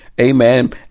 Amen